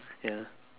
ya